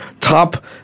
top